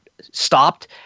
stopped